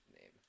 name